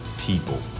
people